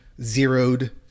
zeroed